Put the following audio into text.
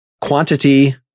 Quantity